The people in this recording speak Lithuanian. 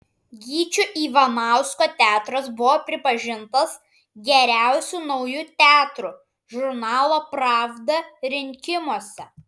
gyčio ivanausko teatras buvo pripažintas geriausiu nauju teatru žurnalo pravda rinkimuose